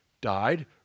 died